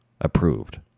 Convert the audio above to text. approved